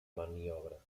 maniobra